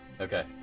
Okay